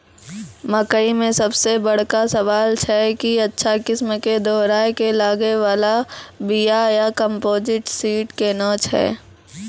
मकई मे सबसे बड़का सवाल छैय कि अच्छा किस्म के दोहराय के लागे वाला बिया या कम्पोजिट सीड कैहनो छैय?